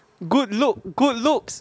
good look good looks